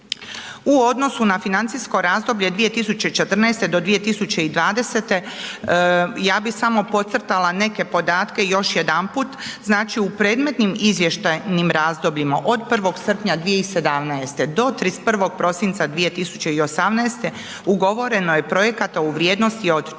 U odnosu na financijsko razdoblje 2014. do 2020. ja bi samo podcrtala neke podatke još jedanput. Znači u predmetnim izvještajnim razdobljima od 1. srpnja 2017. do 31. prosinca 2018. ugovoreno je projekata u vrijednosti od